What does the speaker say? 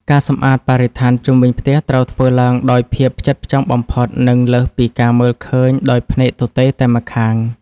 ការសម្អាតបរិស្ថានជុំវិញផ្ទះត្រូវធ្វើឡើងដោយភាពផ្ចិតផ្ចង់បំផុត និងលើសពីការមើលឃើញដោយភ្នែកទទេតែម្ខាង។